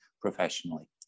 professionally